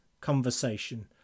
conversation